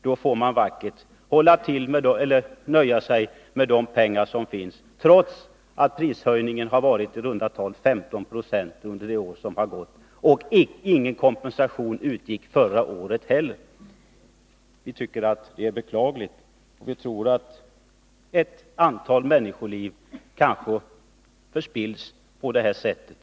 Då får man vackert nöja sig med de pengar som finns — trots att prishöjningen varit i runda tal 15 96 under det år som gått och trots att ingen kompensation utgick förra året heller. Vi tycker att det är beklagligt, och vi tror att ett antal människoliv kanske förspills på det här sättet.